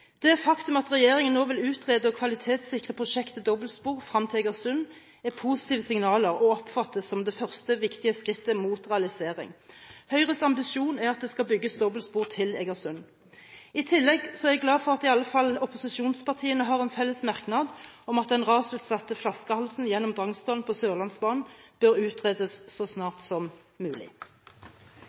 Det faktum at regjeringen nå vil utrede og kvalitetssikre prosjektet dobbeltspor frem til Egersund, er positive signaler og oppfattes som det første, viktige skrittet mot realisering. Høyres ambisjon er at det skal bygges dobbeltspor til Egersund. I tillegg er jeg glad for at i alle fall opposisjonspartiene har en felles merknad om at den rasutsatte flaskehalsen gjennom Drangsdalen på Sørlandsbanen bør utredes så snart som mulig.